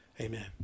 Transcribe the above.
Amen